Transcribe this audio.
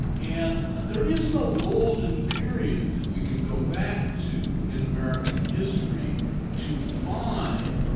and there is no golden period that we can go back to in american history to find,